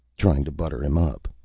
trying to butter him up,